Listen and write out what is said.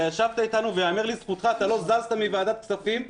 אתה ישבת איתנו וייאמר לזכותך שאתה לא זזת מוועדת הכספים -- נכון.